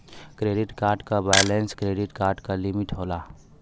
credit card क balance credit card क limit होला